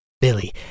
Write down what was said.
Billy